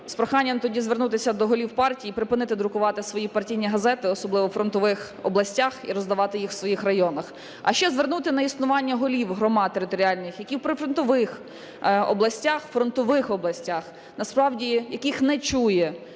проханням тоді звернутися до голів партій і припинити друкувати свої партійні газети, особливо у фронтових областях, і роздавати їх у своїх районах. А ще звернути на існування голів громад територіальних, які в прифронтових областях, фронтових областях, насправді яких не чує